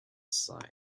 side